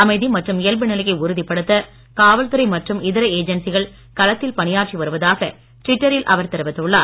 அமைதி மற்றும் இயல்பு நிலையை உறுதிப்படுத்த காவல்துறை மற்றும் இதர ஏஜென்சிகள் களத்தில் பணியாற்றி வருவதாக டுவிட்டரில் அவர் தெரிவித்துள்ளார்